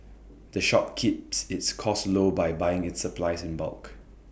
the shop keeps its costs low by buying its supplies in bulk